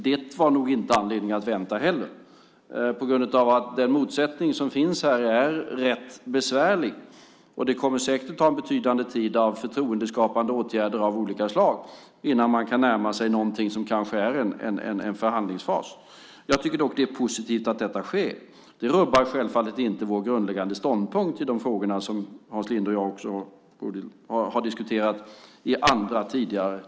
Det var nog inte heller anledning att vänta på grund av att den motsättning som finns här är rätt besvärlig. Det kommer säkert att ta en betydande tid av förtroendeskapande åtgärder av olika slag innan man kan närma sig något som kanske är en förhandlingsfas. Jag tycker dock att det är positivt att detta sker. Det rubbar självfallet inte vår grundläggande ståndpunkt i de frågor som Hans Linde och jag tidigare har diskuterat i andra sammanhang.